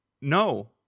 No